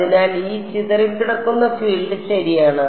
അതിനാൽ ഈ ചിതറിക്കിടക്കുന്ന ഫീൽഡ് ശരിയാണ്